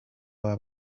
baba